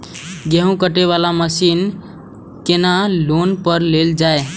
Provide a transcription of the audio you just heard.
गेहूँ काटे वाला मशीन केना लोन पर लेल जाय?